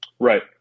right